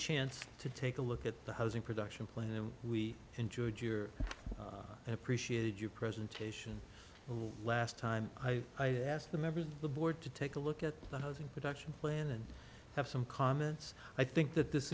chance to take a look at the housing production plan and we enjoyed your and appreciated your presentation the last time i asked the members of the board to take a look at the housing production plan and have some comments i think that this